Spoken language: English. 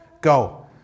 Go